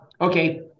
Okay